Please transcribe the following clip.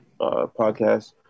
Podcast